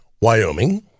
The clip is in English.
Wyoming